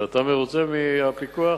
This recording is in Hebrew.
ואתה מרוצה מהפיקוח?